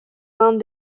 mains